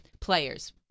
players